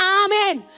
amen